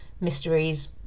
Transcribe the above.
mysteries